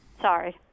Sorry